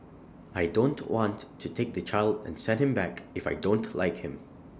I don't want to take the child and send him back if I don't like him